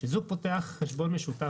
כאשר זוג פותח חשבון משותף,